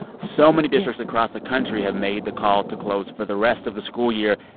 so many districts across the country have made the call to close for the rest of the school year,